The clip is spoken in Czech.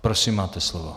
Prosím, máte slovo.